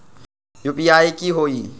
UPI की होई?